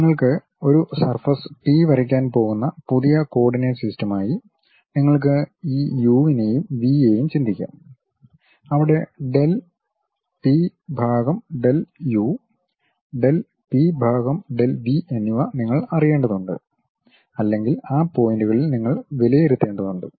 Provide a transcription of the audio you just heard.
നിങ്ങൾക്ക് ഒരു surface P വരയ്ക്കാൻ പോകുന്ന പുതിയ കോർഡിനേറ്റ് സിസ്റ്റമായി നിങ്ങൾക്ക് ഈ യു നേയും വി യേയും ചിന്തിക്കാം അവിടെ ഡെൽ പി ഭാഗം ഡെൽ യു ഡെൽ പി ഭാഗം ഡെൽ വി എന്നിവ നിങ്ങൾ അറിയേണ്ടതുണ്ട് അല്ലെങ്കിൽ ആ പോയിന്റുകളിൽ നിങ്ങൾ വിലയിരുത്തേണ്ടതുണ്ട്